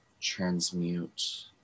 transmute